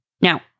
Now